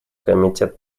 комитет